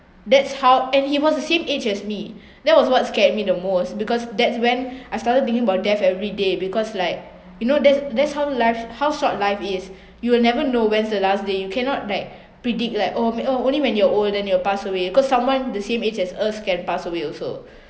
that's how and he was the same age as me that was what scared me the most because that's when I started thinking about death every day because like you know that's that's how life how short life is you will never know when's the last day you cannot like predict like oh oh only when you're old then you will pass away cause someone the same age as us can pass away also